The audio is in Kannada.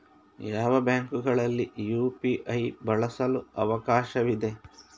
ಯಾವ ಬ್ಯಾಂಕುಗಳಲ್ಲಿ ಯು.ಪಿ.ಐ ಬಳಸಲು ಅವಕಾಶವಿದೆ?